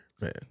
man